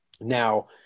Now